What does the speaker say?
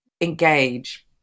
engage